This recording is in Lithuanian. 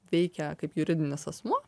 veikia kaip juridinis asmuo